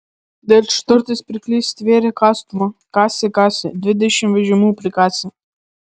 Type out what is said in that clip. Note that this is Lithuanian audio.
didžturtis pirklys stvėrė kastuvą kasė kasė dvidešimt vežimų prikasė